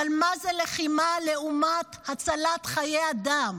אבל מה זה לחימה לעומת הצלת חיי אדם,